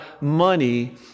money